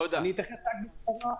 אני אתייחס רק בקצרה.